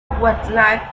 watanabe